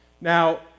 Now